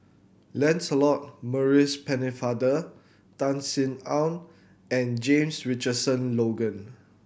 Lancelot Maurice Pennefather Tan Sin Aun and James Richardson Logan